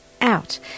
out